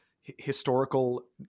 historical